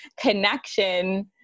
connection